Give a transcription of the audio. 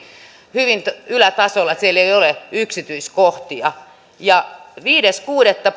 hyvin ylätasolla niin että siellä ei ole yksityiskohtia politiikka radiossa viides kuudetta